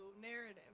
narrative